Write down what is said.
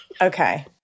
Okay